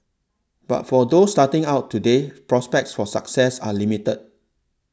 but for those starting out today prospects for success are limited